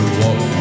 walk